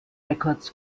records